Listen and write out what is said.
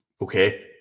Okay